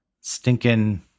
stinking